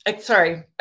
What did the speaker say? Sorry